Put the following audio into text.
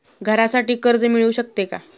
घरासाठी कर्ज मिळू शकते का?